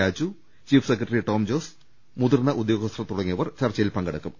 Raju chief secretary Tom Jose മറ്റു മുതിർന്ന ഉദ്യോഗസ്ഥർ തുടങ്ങിയവർ ചർച്ച യിൽ പങ്കെടുക്കും